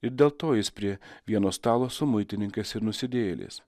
ir dėl to jis prie vieno stalo su muitininkais ir nusidėjėliais